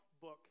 book